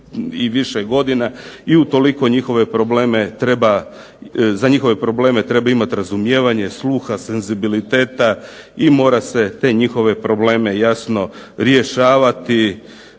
i više godina, i utoliko za njihove probleme treba imati razumijevanje, sluha senzibiliteta i mora se te njihove probleme rješavati.